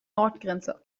nordgrenze